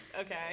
Okay